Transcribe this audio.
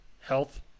health